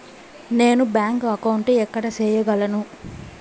నేను bank account ఎక్కడ సేయగలను